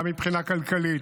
גם מבחינה כלכלית,